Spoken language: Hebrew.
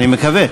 אני מקווה.